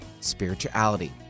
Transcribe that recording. Spirituality